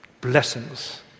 blessings